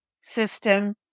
system